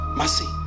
mercy